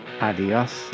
adios